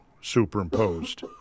superimposed